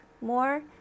more